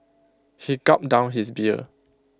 he gulped down his beer